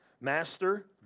Master